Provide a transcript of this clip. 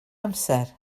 amser